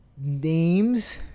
names